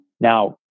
Now